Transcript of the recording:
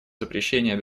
запрещения